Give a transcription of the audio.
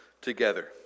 together